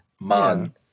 man